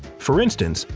for instance,